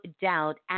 doubt